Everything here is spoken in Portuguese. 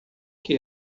que